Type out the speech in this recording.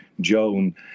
Joan